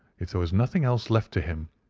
if there was nothing else left to him,